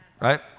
right